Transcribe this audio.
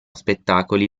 spettacoli